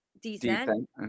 decent